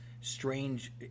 strange